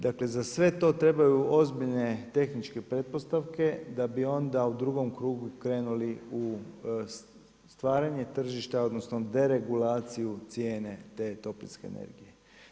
Dakle za sve to trebaju ozbiljne tehničke pretpostavke da bi onda u drugom krugu krenuli u stvaranje tržišta odnosno deregulaciju cijene te toplinske energije.